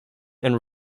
and